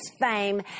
fame